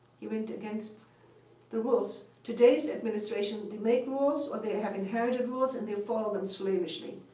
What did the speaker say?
he went against the rules. today's administration, they make rules, or they have inherited rules and they follow them slavishly.